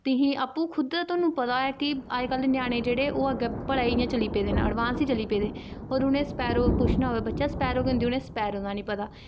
तुसीं आपूं खुद थोआनूं पता ऐ कि अज्जकल दे ञ्यानें जेह्ड़े ओह् अग्गै भला इ'यां चली पेदे न एडवांस ही चली पेदे होर उ'नें स्पैरो पुच्छना होऐ बच्चा स्पैरो केह् होंदी उ'नें स्पैरो दा निं पता